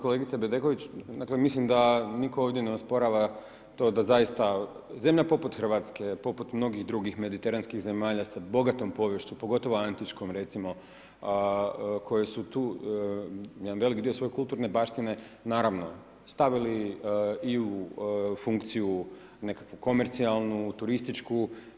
Kolegice Bedeković, dakle mislim da nitko ne osporava to da zemlja poput Hrvatske, poput mnogih drugih mediteranskih zemalja sa bogatom poviješću pogotovo antičkom recimo koje su tu jedan veliki dio svoje kulturne baštine, naravno stavili i u funkciju nekakvu komercijalnu, turističku.